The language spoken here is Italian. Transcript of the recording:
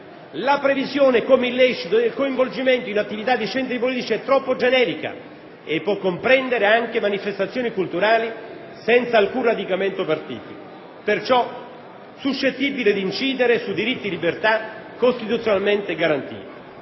la previsione, come illecito, del «coinvolgimento in attività di centri politici» è troppo generica e può comprendere anche manifestazioni culturali senza alcun radicamento partitico, perciò suscettibile di incidere su diritti di libertà costituzionalmente garantiti.